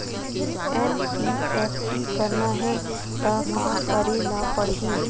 NEFT करना हे त का करे ल पड़हि?